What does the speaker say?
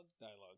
dialogue